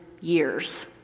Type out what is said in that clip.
years